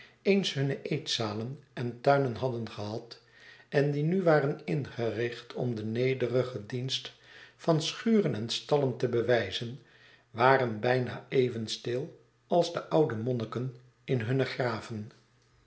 eens hunne eetzalen en tuinen hadden gehad en die nu waren ingericht om den nederigen dienst van schuren en stallen te bewijzen waren bijna even stil als de oude monniken in hunne graven